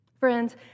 Friends